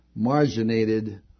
marginated